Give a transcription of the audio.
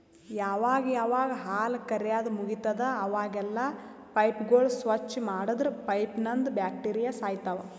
ಯಾವಾಗ್ ಯಾವಾಗ್ ಹಾಲ್ ಕರ್ಯಾದ್ ಮುಗಿತದ್ ಅವಾಗೆಲ್ಲಾ ಪೈಪ್ಗೋಳ್ ಸ್ವಚ್ಚ್ ಮಾಡದ್ರ್ ಪೈಪ್ನಂದ್ ಬ್ಯಾಕ್ಟೀರಿಯಾ ಸಾಯ್ತವ್